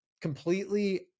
completely